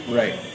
right